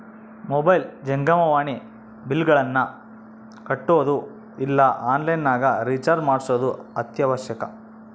mobile ಜಂಗಮವಾಣಿ ಬಿಲ್ಲ್ಗಳನ್ನ ಕಟ್ಟೊದು ಇಲ್ಲ ಆನ್ಲೈನ್ ನಗ ರಿಚಾರ್ಜ್ ಮಾಡ್ಸೊದು ಅತ್ಯವಶ್ಯಕ